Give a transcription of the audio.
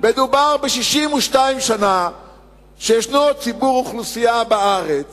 מדובר ב-62 שנה שישנו ציבור באוכלוסייה בארץ